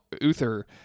Uther